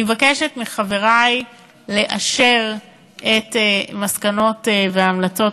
אני מבקשת מחברי לאשר את מסקנות והמלצות